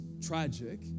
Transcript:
tragic